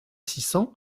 cent